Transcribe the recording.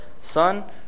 Son